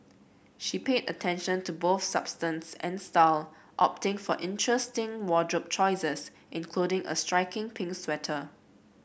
she paid attention to both substance and style opting for interesting wardrobe choices including a striking pink sweater